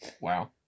Wow